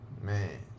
man